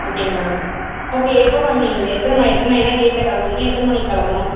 ஓகேங்களா ஓகே எப்போ மேம் நீங்கள் இங்கே எத்தனை ம எத்தனை என்ன டேட்டில் கிளம்புறிங்க எத்தனை மணிக்கு கிளம்பணும்